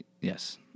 Yes